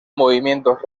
movimientos